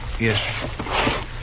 Yes